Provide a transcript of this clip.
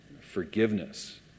forgiveness